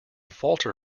falter